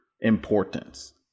importance